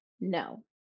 no